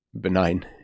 benign